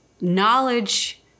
knowledge